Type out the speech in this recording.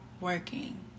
working